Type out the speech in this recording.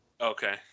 Okay